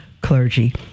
clergy